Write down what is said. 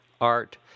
art